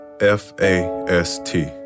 F-A-S-T